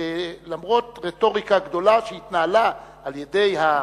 למרות רטוריקה גדולה שהתנהלה על-ידי הפרגמטיסטים,